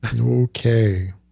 Okay